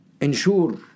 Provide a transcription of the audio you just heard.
ensure